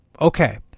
Okay